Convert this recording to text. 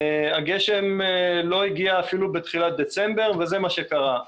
הגשם לא הגיע אפילו בתחילת דצמבר וזה מה שקרה.